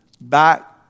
back